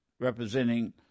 representing